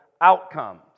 outcomes